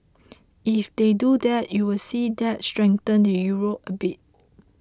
if they do that you would see that strengthen the Euro a bit